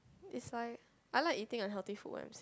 is like I like eating unhealthy food when I am sick